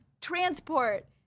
transport